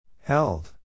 Held